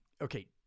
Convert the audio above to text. okay